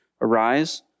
Arise